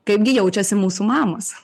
kaipgi jaučiasi mūsų mamos